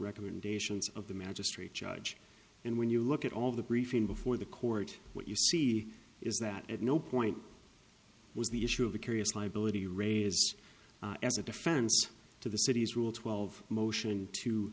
recommendations of the magistrate judge and when you look at all the briefing before the court what you see is that at no point was the issue of the curious liability raised as a defense to the city's rule twelve motion to